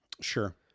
Sure